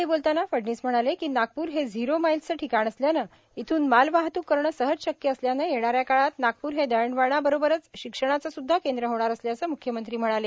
यावेळी बोलतांना फडणवीस म्हणाले की नागपूर हे झीरो माईल्सच ठिकाण असल्यानं ईथून मालवाहतूक करणं सहज शक्य असल्यानं येणाऱ्या काळात नागपूर हे दळणवळणा बरोबरच शिक्षणाच सुध्दा केद्र होणार असल्याचं मुख्यमंत्री म्हणाले